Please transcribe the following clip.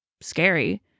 scary